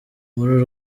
muri